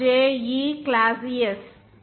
E క్లాసియస్R